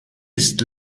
ist